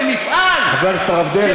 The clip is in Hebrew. חבר הכנסת מרגלית,